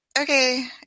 okay